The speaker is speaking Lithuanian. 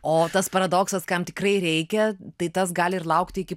o tas paradoksas kam tikrai reikia tai tas gali ir laukti iki